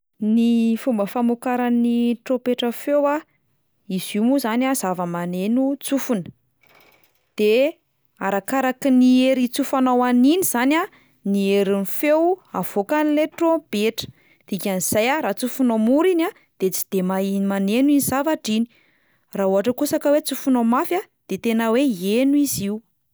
Ny fomba famokaran'ny trompetra feo a, izy io moa zany a zava-maneno tsofina, de arakaraky ny hery itsofanao an'iny zany ny herin'ny feo avoakan'le trompetra, dikan'izay a raha tsofinao mora iny a de tsy de mahe- maneno iny zavatra iny, raha ohatra kosa ka hoe tsofinao mafy a de tena hoe heno izy io.